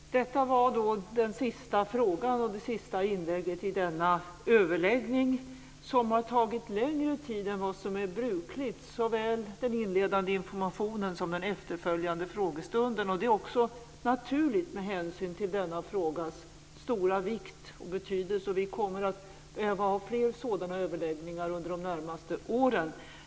Tack! Detta var den sista frågan och det sista inlägget i denna överläggning, som har tagit längre tid än vad som är brukligt; såväl den inledande informationen som den efterföljande frågestunden. Det är också naturligt med hänsyn till denna frågas stora vikt och betydelse. Vi kommer att behöva ha fler sådana överläggningar under de närmaste åren.